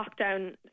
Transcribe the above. lockdown